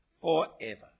forever